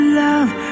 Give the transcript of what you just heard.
love